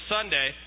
Sunday